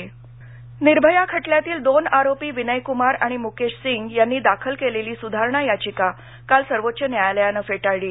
निर्भया निर्भया खटल्यातील दोन आरोपी विनय कुमार आणि मुकेश सिंग यांनी दाखल केलेली सुधारणा याचिका काल सर्वोच्च न्यायालयानं फेटाळली